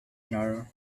norman